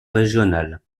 régional